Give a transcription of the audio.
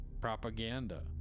propaganda